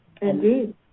Indeed